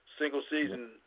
single-season